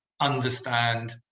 understand